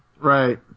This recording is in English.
Right